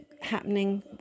happening